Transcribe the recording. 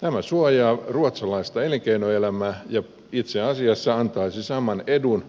tämä suojaa ruotsalaista elinkeinoelämää ja itse asiassa antaisi saman edun